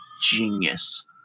genius